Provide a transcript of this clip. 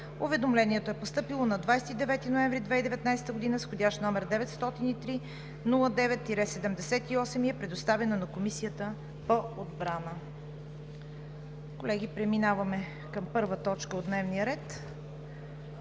Уведомлението е постъпило на 29 ноември 2019 г. с вх. № 903 09-78 и е предоставено на Комисията по отбрана. Колеги, преминаваме към първа точка от дневния ред: